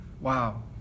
Wow